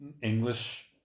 English